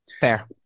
Fair